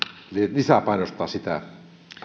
lisää painostaa sitä